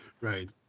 right